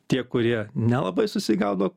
tie kurie nelabai susigaudo